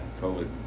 COVID